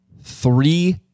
three-